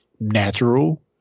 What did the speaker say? natural